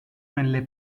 nelle